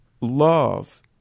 Love